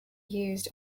used